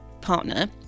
partner